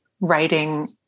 writing